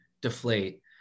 deflate